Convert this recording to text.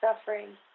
suffering